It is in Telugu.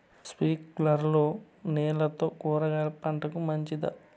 స్ప్రింక్లర్లు నీళ్లతో కూరగాయల పంటకు మంచిదా?